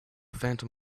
phantom